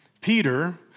Peter